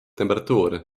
temperatuur